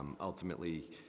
Ultimately